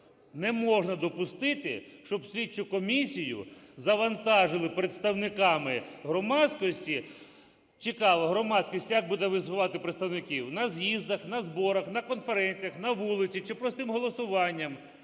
Не можна допустити, щоб слідчу комісію завантажили представниками громадськості. Цікаво, громадськість як буде висувати представників – на з’їздах, на зборах, на конференціях, на вулиці чи простим голосуванням?